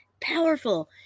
powerful